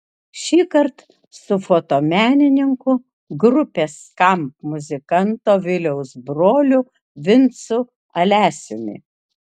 šįkart su fotomenininku grupės skamp muzikanto viliaus broliu vincu alesiumi